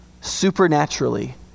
Supernaturally